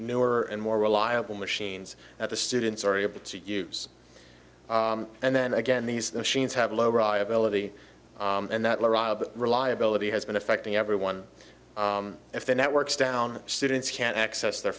newer and more reliable machines that the students are able to use and then again these machines have low raw ability and that reliability has been affecting everyone if the networks down students can't access their